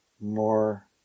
more